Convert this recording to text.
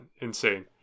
Insane